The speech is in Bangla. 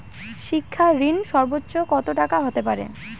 শিক্ষা ঋণ সর্বোচ্চ কত টাকার হতে পারে?